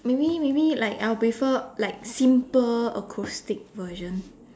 maybe maybe like I will prefer like simple acoustic version